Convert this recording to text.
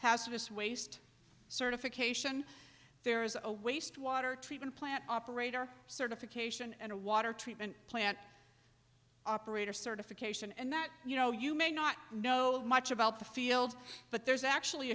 hazardous waste certification there's a wastewater treatment plant operator certification and a water treatment plant operator certification and that you know you may not know much about the field but there's actually